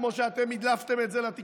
כמו שהדלפתם את זה לתקשורת,